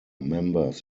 members